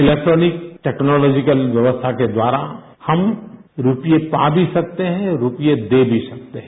electronic technological व्यवस्था के द्वारा हम रुपये पा भी सकते हैं रुपये दे भी सकते हैं